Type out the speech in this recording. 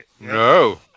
No